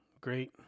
Great